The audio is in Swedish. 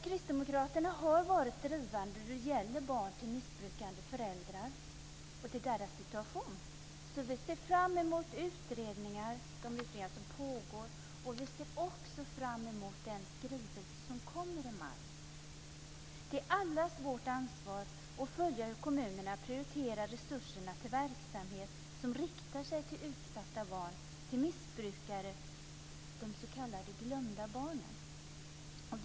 Kristdemokraterna har varit drivande när det gäller situationen för barn till missbrukande föräldrar. Därför ser vi fram emot de utredningar som pågår. Vi ser också fram emot den skrivelse som kommer i maj. Det är allas vårt ansvar att följa hur kommunerna prioriterar resurserna till verksamhet som riktar sig till utsatta barn till missbrukare, de s.k. glömda barnen.